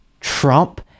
Trump